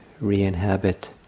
re-inhabit